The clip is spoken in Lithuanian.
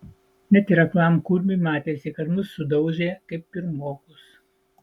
net ir aklam kurmiui matėsi kad mus sudaužė kaip pirmokus